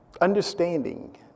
Understanding